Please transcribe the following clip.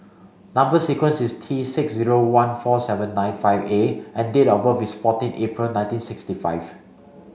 number sequence is T six zero one four seven nine five A and date of birth is fourteen April nineteen sixty five